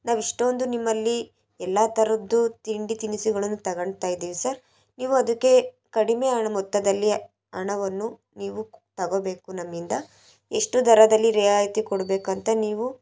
ನಾವು ಇಷ್ಟೊಂದು ನಿಮ್ಮಲ್ಲಿ ಎಲ್ಲ ಥರದ್ದು ತಿಂಡಿ ತಿನಿಸುಗಳನ್ನು ತಗೋಳ್ತಾ ಇದ್ದೀವಿ ಸರ್ ನೀವು ಅದಕ್ಕೇ ಕಡಿಮೆ ಹಣ ಮೊತ್ತದಲ್ಲಿ ಹಣವನ್ನು ನೀವು ತಗೋಬೇಕು ನಮ್ಮಿಂದ ಎಷ್ಟು ದರದಲ್ಲಿ ರಿಯಾಯಿತಿ ಕೊಡಬೇಕಂತ ನೀವು